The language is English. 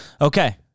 Okay